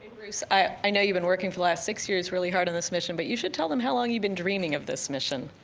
bruce, i know you've been working for the last six years, really hard on this mission, but you should tell them how long you've been dreaming of this mission.